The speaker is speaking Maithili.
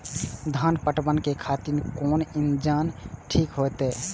धान पटवन के खातिर कोन इंजन ठीक होते?